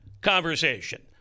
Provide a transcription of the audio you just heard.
conversation